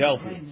help